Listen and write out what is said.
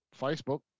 Facebook